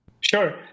Sure